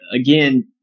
again